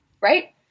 right